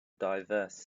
diverse